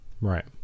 Right